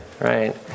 right